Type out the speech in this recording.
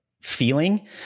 feeling